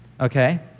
Okay